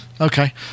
Okay